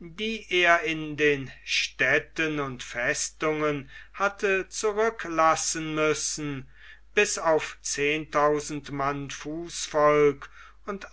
die er in den städten und festungen hatte zurücklassen müssen bis auf zehntausend mann fußvolk und